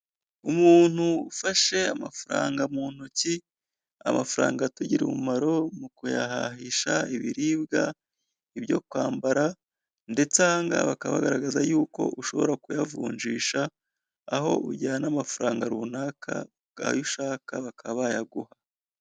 Umuntu ufashe amafaranga mu ntoki, amafaranga atagirira umumaro mu kuyahahisha ibiribwa, ibyo kwambara, ndetse bakaba bagaragaza yuko ushobora kuyavunjisha, aho ujyana amafaranga runaka, ayo ushaka bakaba bayaguha.